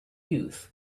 youth